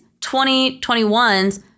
2021's